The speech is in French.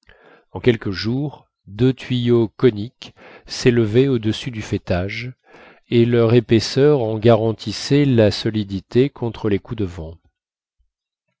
en quelques jours deux tuyaux coniques s'élevaient audessus du faîtage et leur épaisseur en garantissait la solidité contre les coups de vent